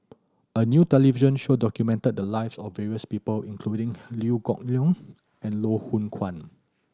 a new television show documented the lives of various people including Liew Geok Leong and Loh Hoong Kwan